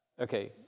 Okay